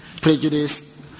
prejudice